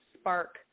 spark